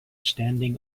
standing